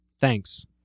Thanks